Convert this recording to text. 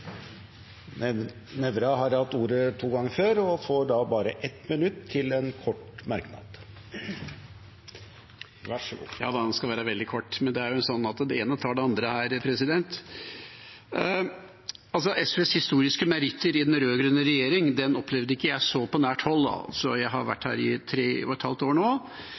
får ordet til en kort merknad, begrenset til 1 minutt. Ja, den skal være veldig kort, men det er jo sånn at det ene tar det andre her. SVs historiske meritter i den rød-grønne regjeringa opplevde ikke jeg på så nært hold, jeg har vært her i tre og et halvt år nå.